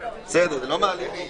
לא הקימו והם